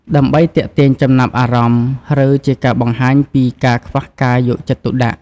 ដើម្បីទាក់ទាញចំណាប់អារម្មណ៍ ឬជាការបង្ហាញពីការខ្វះការយកចិត្តទុកដាក់។